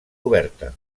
oberta